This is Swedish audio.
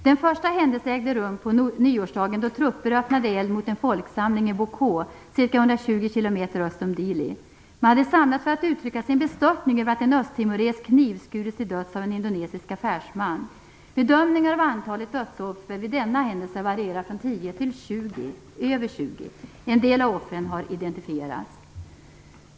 Den första händelsen ägde rum på nyårsdagen, då trupper öppnade eld mot en folksamling i Baucau, ca 120 km öster om Dili. Man hade samlats för att uttrycka sin bestörtning över att en östtimores knivskurits till döds av en indonesisk affärsman. Bedömningar av antalet dödsoffer vid denna händelse varierar från 10 till över 20. En del av offren har identifierats.